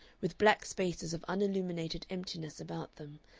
with black spaces of unilluminated emptiness about them,